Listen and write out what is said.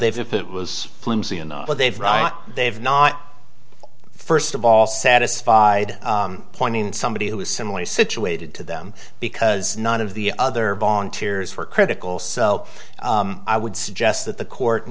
they've if it was flimsy enough but they've they've not first of all satisfied pointing somebody who is similarly situated to them because none of the other volunteers were critical so i would suggest that the court